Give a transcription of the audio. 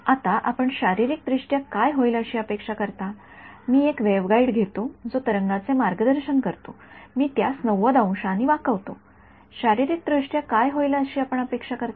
आता आपण शारीरिकरित्या काय होईल अशी अपेक्षा करता मी एक वेव्हगाईडघेतो जो तरंगाचे मार्गदर्शन करतो मी त्यास ९० अंशांनी वाकवतो शारीरिकरित्या काय होईल अशी आपण अपेक्षा करता